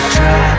Try